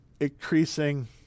increasing